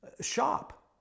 shop